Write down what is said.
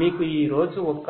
మీకు ఈ రోజు ఒక